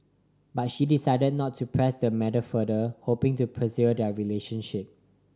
but she decided not to press the matter further hoping to preserve their relationship